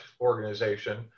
organization